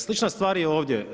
Slična stvar je ovdje.